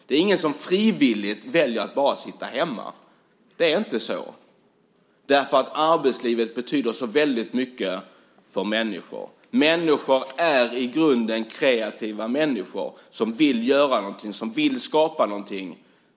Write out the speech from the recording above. Det är ingen som frivilligt väljer att bara sitta hemma. Det är inte så. Arbetslivet betyder så väldigt mycket för människor. Människor är i grunden kreativa och vill göra någonting, vill skapa någonting.